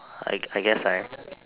I I guess I